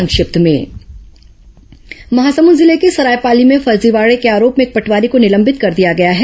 संक्षिप्त समाचार महासमुद जिले के सरायपाली में फर्जीवाड़े के आरोप में एक पटवारी को निलंबित कर दिया गया है